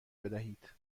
بدهید